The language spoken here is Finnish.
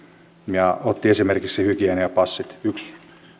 ja otti esimerkiksi hygieniapassit yksi